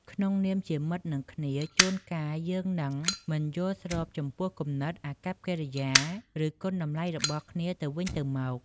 ក្នុងនាមជាមិត្តនឹងគ្នា ជួនកាល យើងអាចនឹងមិនយល់ស្របចំពោះគំនិត អាកប្បកិរិយា ឬ គុណតម្លៃរបស់គ្នាទៅវិញទៅមក។